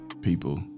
people